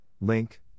link